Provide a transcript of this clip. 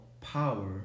power